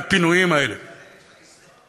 ובמדינה מתוקנת לא היו משאירים את פרג'ון